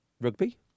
Rugby